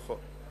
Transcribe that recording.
נכון.